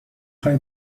خوای